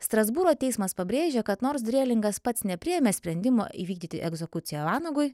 strasbūro teismas pabrėžia kad nors drėlingas pats nepriėmė sprendimo įvykdyti egzekuciją vanagui